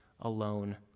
alone